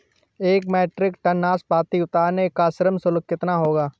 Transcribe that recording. एक metric ton नाशपाती उतारने का श्रम शुल्क कितना होगा?